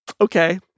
okay